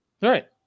Right